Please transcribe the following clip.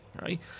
right